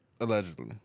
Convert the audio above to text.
Allegedly